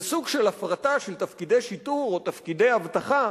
זה סוג של הפרטה של תפקידי שיטור או תפקידי אבטחה,